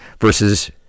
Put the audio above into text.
versus